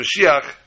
Mashiach